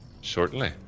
Shortly